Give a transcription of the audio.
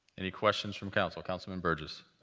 any questions from council? councilman burgess.